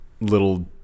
little